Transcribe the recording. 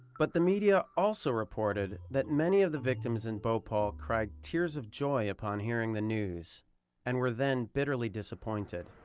but the media also reported that many of the victims in bhopal cried tears of joy upon hearing the news and were then bitterly disappointed.